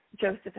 Joseph